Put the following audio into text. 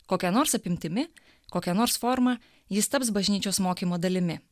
kokia nors apimtimi kokia nors forma jis taps bažnyčios mokymo dalimi